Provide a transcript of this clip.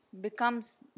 becomes